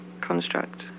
construct